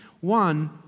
One